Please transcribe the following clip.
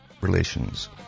relations